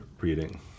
reading